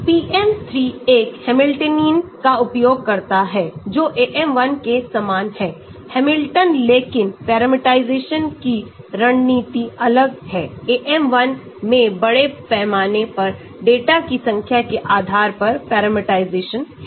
PM3 एक Hamiltonian का उपयोग करता है जो AM1 हैमिल्टोनियन के समान है लेकिन पैरामीटराइजेशन की रणनीति अलग है AM1 में बड़े पैमाने पर डेटा की छोटी संख्या के आधार पर पैरामीटराइजेशन है